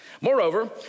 Moreover